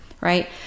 Right